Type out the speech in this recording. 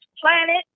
planet